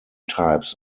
types